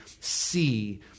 see